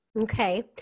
Okay